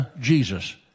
Jesus